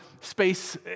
space